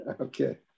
Okay